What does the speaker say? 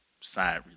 side